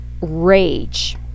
rage